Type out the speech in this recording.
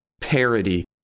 parody